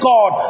God